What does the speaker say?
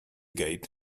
gate